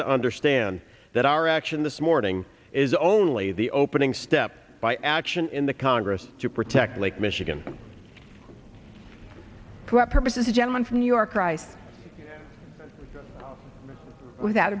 to understand that our action this morning is only the opening step by action in the congress to protect lake michigan to represent a gentleman from new york rice without